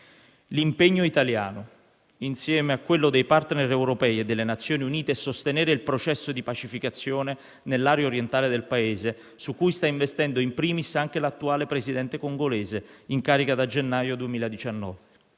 L'impegno italiano, insieme a quello dei *partner* europei e delle Nazioni Unite, è sostenere il processo di pacificazione nell'area orientale del Paese, su cui sta investendo *in primis* anche l'attuale Presidente congolese in carica da gennaio 2019.